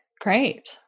Great